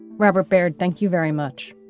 robert baird, thank you very much.